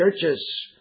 churches